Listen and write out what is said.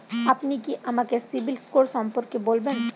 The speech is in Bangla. আপনি কি আমাকে সিবিল স্কোর সম্পর্কে বলবেন?